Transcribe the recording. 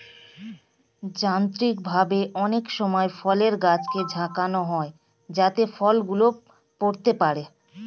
যান্ত্রিকভাবে অনেক সময় ফলের গাছকে ঝাঁকানো হয় যাতে ফল গুলো পড়তে পারে